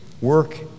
Work